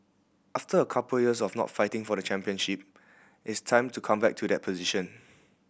after a couple years of not fighting for the championship it's time to come back to that position